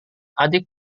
adik